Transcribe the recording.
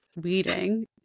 weeding